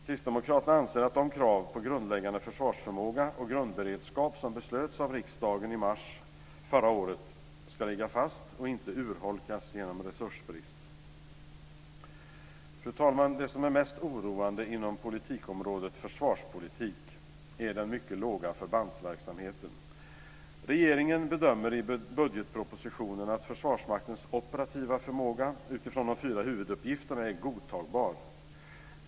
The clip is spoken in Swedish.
Kristdemokraterna anser att de krav på grundläggande försvarsförmåga och grundberedskap som riksdagen fattade beslut om i mars förra året ska ligga fast och inte urholkas genom resursbrist. Fru talman! Det som är mest oroande inom politikområdet försvarspolitik är den mycket låga förbandsverksamheten. Regeringen bedömer i budgetpropositionen att Försvarsmaktens operativa förmåga utifrån de fyra huvuduppgifterna är godtagbar.